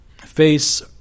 face